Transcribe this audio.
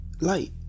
light